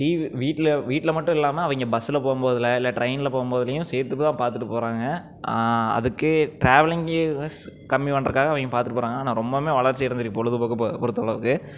TV வீட்டில் வீட்டில் மட்டும் இல்லாமல் அவங்க பஸ்ஸில் போகும் போதில் இல்லை டிரைனில் போகும் போதுலேயும் சேர்த்து பார்த்துட்டு போகிறாங்க அதுக்கே டிராவலிங்கேஸ் கம்மி பண்றக்காக அவங்க பார்த்துட்டு போகிறாங்க ஆனால் ரொம்பமே வளர்ச்சி அடைஞ்சி இருக்குது பொழுதுபோக்கு பொறுத்த அளவுக்கு